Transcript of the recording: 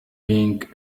being